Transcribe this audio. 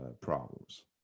problems